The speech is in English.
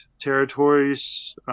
Territories